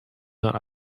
not